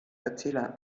erzähler